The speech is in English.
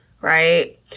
right